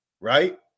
right